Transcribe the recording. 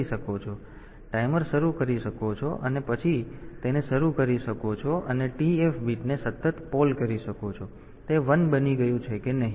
તેથી તમે ટાઈમર શરૂ કરી શકો છો અને પછી તેને શરૂ કરી શકો છો અને TF બીટને સતત પોલ કરી શકો છો તે 1 બની ગયું છે કે નહીં